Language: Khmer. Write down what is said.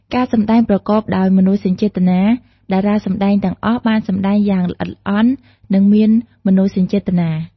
ការសម្ដែងប្រកបដោយមនោសញ្ចេតនា: តារាសម្តែងទាំងអស់បានសម្តែងយ៉ាងល្អិតល្អន់ និងមានមនោសញ្ចេតនា។